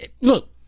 look